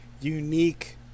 unique